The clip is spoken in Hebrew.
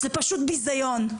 זה פשוט ביזיון.